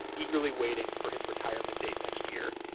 eagerly waiting for his retirement date next year.